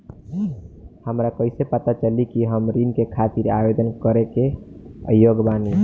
हमरा कइसे पता चली कि हम ऋण के खातिर आवेदन करे के योग्य बानी?